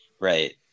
right